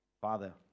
Father